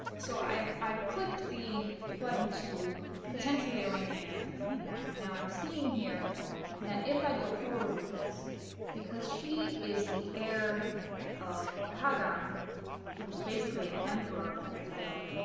so i've i've clicked the button to potentially a range of marriage between them now i'm seeing here that if i go forward with this because she is the heir of a cog on which is basically an emperor level title